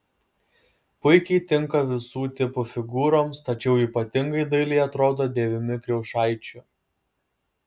puikiai tinka visų tipų figūroms tačiau ypatingai dailiai atrodo dėvimi kriaušaičių